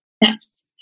yes